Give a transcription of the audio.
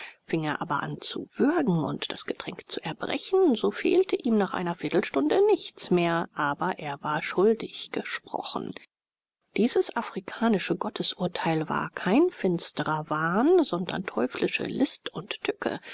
er aber an zu würgen und das getränk zu erbrechen so fehlte ihm nach einer viertelstunde nichts mehr aber er war schuldig gesprochen dieses afrikanische gottesurteil war kein finstrer wahn sondern teuflische list und tücke